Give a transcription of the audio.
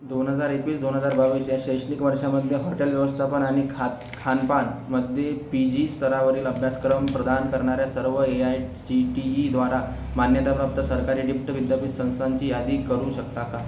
दोन हजार एकवीस दोन हजार बावीस या शैक्षणिक वर्षामध्ये हॉटेल व्यवस्थापन आणि खात खानपानमध्ये पी जी स्तरावरील अभ्यासक्रम प्रदान करणाऱ्या सर्व ए आय सी टी ईद्वारा मान्यताप्राप्त सरकारी डीप्ट विद्यापीठ संस्थांची यादी करू शकता का